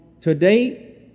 today